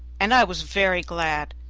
and i was very glad.